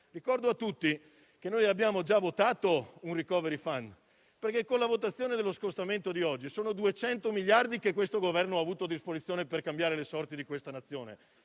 Ricordo a tutti che abbiamo già votato un *recovery* *fund* perché con la votazione dello scostamento di oggi sono 200 miliardi che questo Governo ha avuto a disposizione per cambiare le sorti di questa nazione.